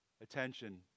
attention